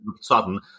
sudden